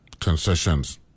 concessions